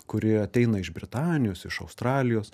kuri ateina iš britanijos iš australijos